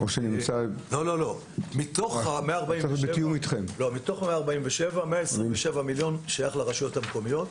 לא, מתוך 147, 127 מיליון שייך לרשויות המקומיות.